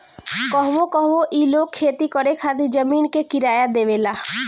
कहवो कहवो ई लोग खेती करे खातिर जमीन के किराया देवेला